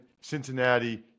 Cincinnati